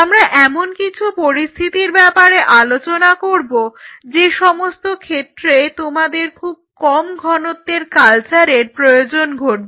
আমরা এমন কিছু পরিস্থিতির ব্যাপারে আলোচনা করব যে সমস্ত ক্ষেত্রে তোমাদের খুব কম ঘনত্বের কালচারের প্রয়োজন পড়বে